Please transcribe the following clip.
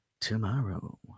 tomorrow